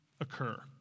occur